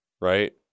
right